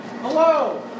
Hello